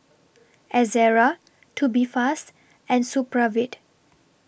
Ezerra Tubifast and Supravit